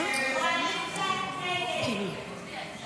וכעת נצביע על